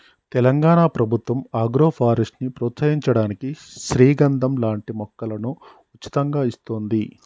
తెలంగాణ ప్రభుత్వం ఆగ్రోఫారెస్ట్ ని ప్రోత్సహించడానికి శ్రీగంధం లాంటి మొక్కలను ఉచితంగా ఇస్తోంది